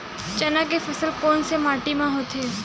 चना के फसल कोन से माटी मा होथे?